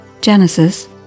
Genesis